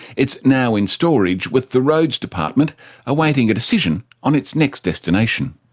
it's now in storage with the roads department awaiting a decision on its next destination.